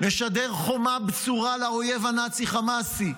נשדר חומה בצורה לאויב הנאצי-חמאסי: